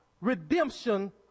redemption